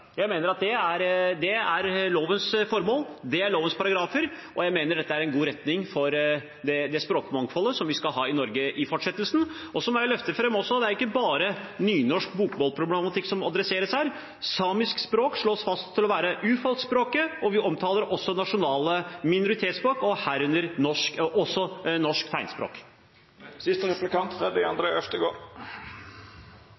Det er lovens formål, det er lovens paragrafer, og jeg mener dette er en god retning for det språkmangfoldet vi skal ha i Norge i fortsettelsen. Så må jeg løfte fram at det ikke bare er nynorsk/bokmål-problematikk som adresseres her. Samisk språk slås fast til å være urfolksspråket, og vi omtaler også nasjonale minoritetsspråk, herunder også norsk tegnspråk.